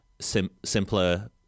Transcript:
simpler